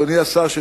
אדוני השר,